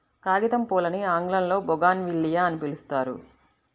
కాగితంపూలని ఆంగ్లంలో బోగాన్విల్లియ అని పిలుస్తారు